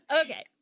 Okay